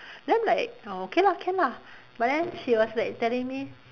then I'm like oh okay lah can lah but then she was like telling me